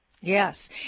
Yes